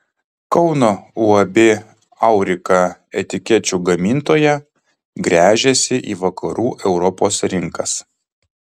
kauno uab aurika etikečių gamintoja gręžiasi į vakarų europos rinkas